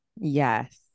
yes